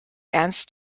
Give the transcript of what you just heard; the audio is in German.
ernst